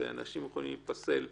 ואנשים יכולים להיפסל סתם,